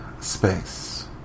Space